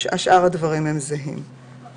שאר הדברים הם זהים.